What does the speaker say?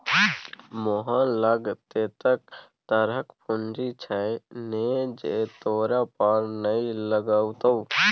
मोहना लग ततेक तरहक पूंजी छै ने जे तोरा पार नै लागतौ